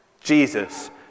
Jesus